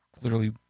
clearly